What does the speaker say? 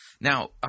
Now